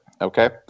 Okay